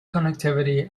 connectivity